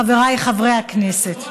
חבריי חברי הכנסת,